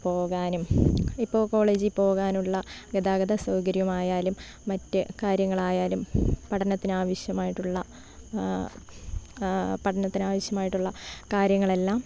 പോകാനും ഇപ്പോൾ കോളേജിൽ പോകാനുള്ള ഗതാഗത സൗകര്യമായാലും മറ്റു കാര്യങ്ങൾ ആയാലും പഠനത്തിന് ആവശ്യമായിട്ടുള്ള പഠനത്തിന് ആവശ്യമായിട്ടുള്ള പഠനത്തിന് ആവിശ്യമായിട്ടുള്ള കാര്യങ്ങളെല്ലാം